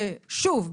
שוב,